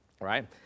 right